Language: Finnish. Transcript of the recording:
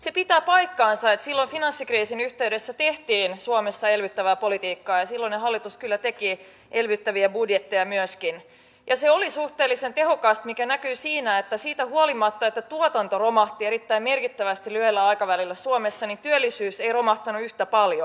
se pitää paikkansa että silloin finanssikriisin yhteydessä tehtiin suomessa elvyttävää politiikkaa ja silloinen hallitus kyllä teki elvyttäviä budjetteja myöskin ja se oli suhteellisen tehokasta mikä näkyi siinä että siitä huolimatta että tuotanto romahti erittäin merkittävästi lyhyellä aikavälillä suomessa työllisyys ei romahtanut yhtä paljon